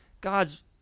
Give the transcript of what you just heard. God's